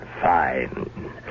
fine